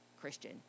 Christian